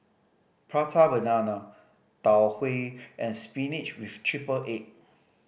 Prata Banana Tau Huay and spinach with triple egg